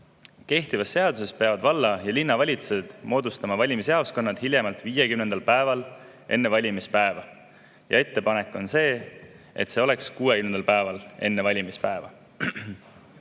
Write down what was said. Kehtiva seaduse järgi peavad valla‑ ja linnavalitsused moodustama valimisjaoskonnad hiljemalt 50. päeval enne valimispäeva, ettepanek on, et see toimuks 60. päeval enne valimispäeva.